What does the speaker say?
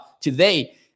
today